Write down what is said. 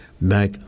back